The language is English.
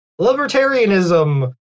libertarianism